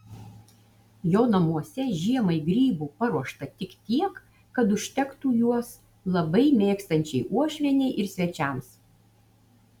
jo namuose žiemai grybų paruošta tik tiek kad užtektų juos labai mėgstančiai uošvienei ir svečiams